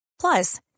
plus